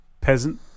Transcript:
Peasant